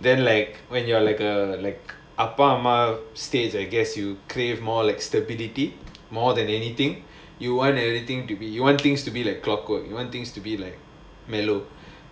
then like when you are like a ah pa ah ma stage I guess you crave more like stability more than anything you want everything to be you want things to be like proper you want things to be like mellow